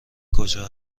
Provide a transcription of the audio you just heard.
کجا